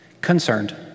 concerned